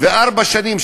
ארבע שנים,